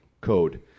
code